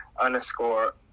underscore